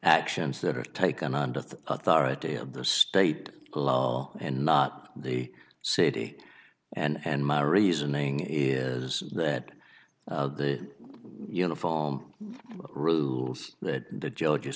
actions that are taken under the authority of the state law and not the city and my reasoning is that the uniform rue that the judge